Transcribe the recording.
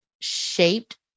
shaped